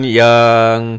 yang